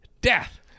Death